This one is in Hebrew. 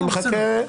אני מחכה.